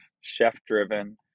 chef-driven